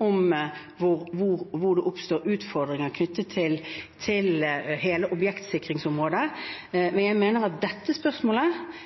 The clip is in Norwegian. om hvor det oppstår utfordringer knyttet til hele objektsikringsområdet. Men jeg mener at dette spørsmålet